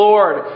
Lord